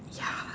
ya